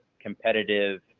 competitive